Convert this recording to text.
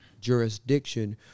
jurisdiction